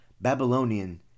Babylonian